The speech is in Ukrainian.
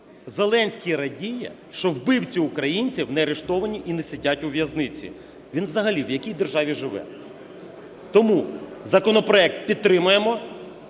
Зеленський радіє, що вбивці українців не арештовані і не сидять у в'язниці. Він взагалі в якій державі живе? Тому законопроект підтримуємо.